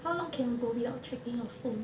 how long can you go without checking your phone